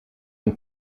een